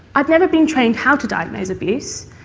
i'd never been trained how to diagnose abuse,